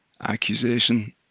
accusation